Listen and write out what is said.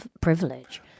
privilege